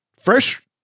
fresh